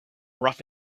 rough